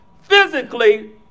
physically